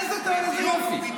איזה יופי.